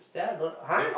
Stella don't !huh!